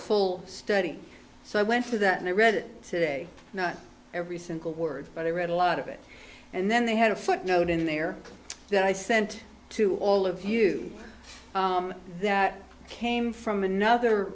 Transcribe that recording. full study so i went to that and i read it today not every single word but i read a lot of it and then they had a footnote in there that i sent to all of you that came from another